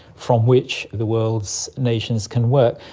from which the world's nations can work.